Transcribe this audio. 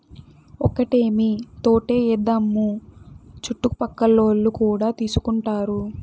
ఒక్కటేమీ తోటే ఏద్దాము చుట్టుపక్కలోల్లు కూడా తీసుకుంటారు